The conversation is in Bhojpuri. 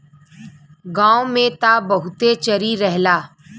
गांव में त बहुते चरी रहला